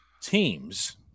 teams